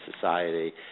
society